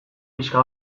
pixka